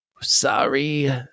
sorry